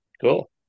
Cool